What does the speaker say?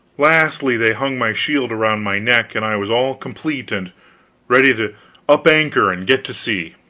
lastly they hung my shield around my neck, and i was all complete and ready to up anchor and get to sea.